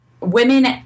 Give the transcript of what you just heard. women